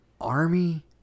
army